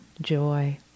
joy